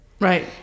Right